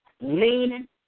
leaning